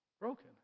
broken